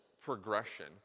progression